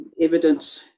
evidence